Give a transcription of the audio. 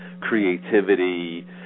creativity